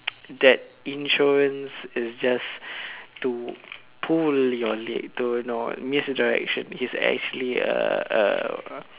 that insurance is just to pull your leg to know misdirection he's actually a a